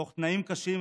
בתנאים קשים,